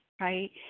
right